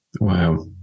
Wow